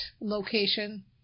location